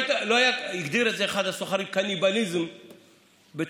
הגדיר את זה אחד הסוחרים "קניבליזם במסחר"